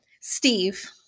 Steve